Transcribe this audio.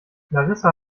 larissa